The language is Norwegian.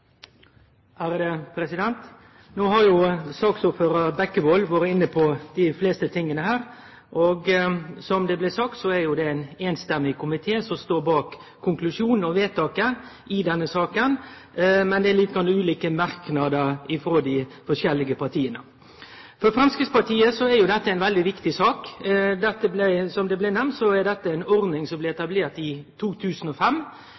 No har saksordføraren, Bekkevold, vore inne på det meste i saka. Som det blei sagt, er det ein samrøystes komité som står bak konklusjonen og vedtaket i denne saka. Men det er litt ulike merknader frå dei forskjellige partia. For Framstegspartiet er dette ei viktig sak. Som det blei nemnt, er dette ei ordning som